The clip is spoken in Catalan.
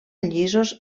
llisos